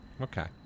Okay